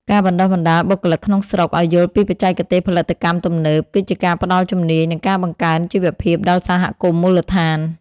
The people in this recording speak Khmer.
ការបណ្ដុះបណ្ដាលបុគ្គលិកក្នុងស្រុកឱ្យយល់ពីបច្ចេកទេសផលិតកម្មទំនើប គឺជាការផ្ដល់ជំនាញ និងការបង្កើនជីវភាពដល់សហគមន៍មូលដ្ឋាន។